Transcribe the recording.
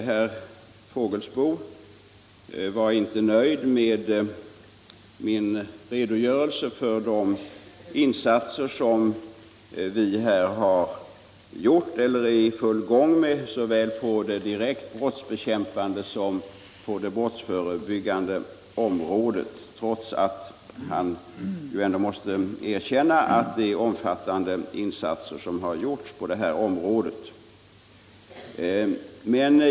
Herr Fågelsbo var inte nöjd med min redogörelse för de insatser som vi här har gjort eller är i full gång med, såväl på det direkt brottsbekämpande som på det brottsförebyggande området, trots att han måste erkänna att det är omfattande insatser som har gjorts på dessa områden.